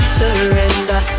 surrender